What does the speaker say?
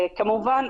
כמובן,